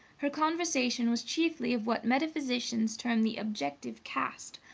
her conversation was chiefly of what metaphysicians term the objective cast,